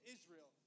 Israel